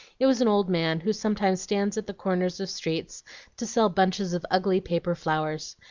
it was an old man, who sometimes stands at the corners of streets to sell bunches of ugly paper flowers.